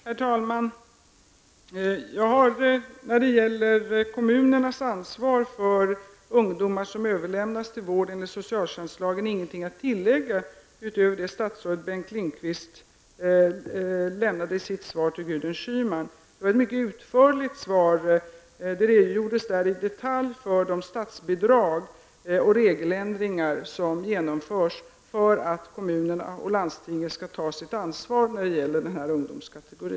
Herr talman! Jag har när det gäller kommunernas ansvar för ungdomar som överlämnas till vård enligt socialtjänstlagen ingenting att tillägga utöver det som statsrådet Bengt Lindqvist sade i sitt svar till Gudrun Schyman. Det var ett mycket utförligt svar. Det redogjordes där i detalj för de statsbidrag och regeländringar som genomförs för att kommunerna och landstingen skall ta sitt ansvar när det gäller denna ungdomskategori.